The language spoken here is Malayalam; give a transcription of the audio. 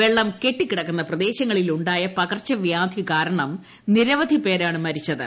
വെള്ളം ്കെട്ടിക്കിടക്കുന്ന പ്രദേശങ്ങളിൽ ഉണ്ടായ പകർച്ചവ്യാധി കാരണം നിരവധി പേരാണ് മരിച്ചത്